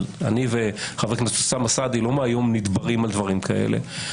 אני וחבר הכנסת אוסאמה סעדי לא מהיום נדברים על דברים כאלה,